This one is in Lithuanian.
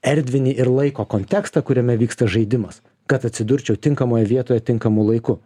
erdvinį ir laiko kontekstą kuriame vyksta žaidimas kad atsidurčiau tinkamoje vietoje tinkamu laiku